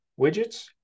widgets